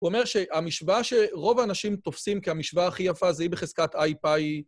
הוא אומר שהמשוואה שרוב האנשים תופסים כמשוואה הכי יפה זה אי בחזקת איי-פאי.